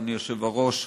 אדוני היושב-ראש,